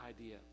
idea